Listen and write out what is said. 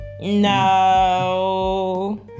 No